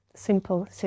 Simple